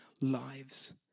lives